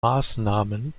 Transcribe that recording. maßnahmen